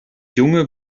junge